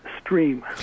stream